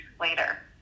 later